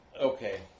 okay